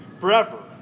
forever